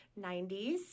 90s